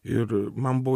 ir man buvo